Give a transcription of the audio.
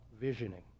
visioning